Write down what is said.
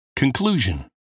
Conclusion